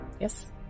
Yes